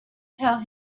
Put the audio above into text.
tell